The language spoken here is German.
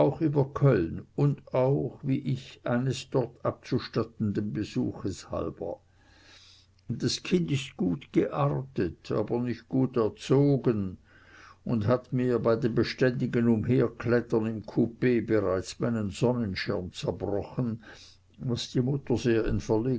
über köln und auch wie ich eines dort abzustattenden besuches halber das kind ist gut geartet aber nicht gut erzogen und hat mir bei dem beständigen umherklettern im kupee bereits meinen sonnenschirm zerbrochen was die mutter sehr